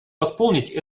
восполнить